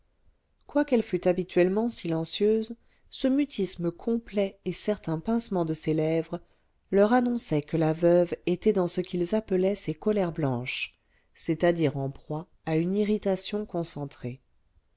quoiqu'elle fût habituellement silencieuse ce mutisme complet et certain pincement de ses lèvres leur annonçaient que la veuve était dans ce qu'ils appelaient ses colères blanches c'est-à-dire en proie à une irritation concentrée